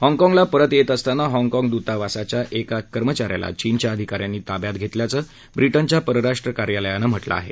हाँगकाँगला परत येत असताना हाँगकाँग दूतावासाच्या एका कर्मचा याला चीनच्या अधिका यांनी ताब्यात घेतल्याचं ब्रिटनच्या परराष्ट्र कार्यालयानं म्हटलं आहे